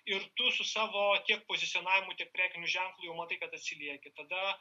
ir tu su savo kiek pozicionavimu tik prekiniu ženklu jau matai kad atsilieki tada